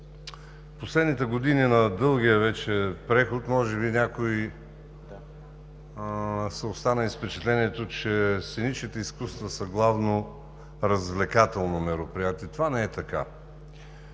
В последните години на дългия вече преход може би някои са останали с впечатлението, че сценичните изкуства са главно развлекателно мероприятие. Това не е така.